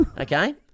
okay